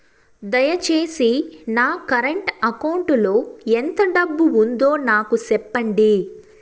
దయచేసి నా current account లో ఎంత డబ్బు ఉందో నాకు సెప్పండి